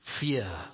fear